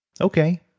Okay